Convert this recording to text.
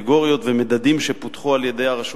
קטגוריות ומדדים שפותחו על-ידי הרשות